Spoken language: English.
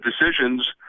decisions